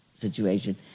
situation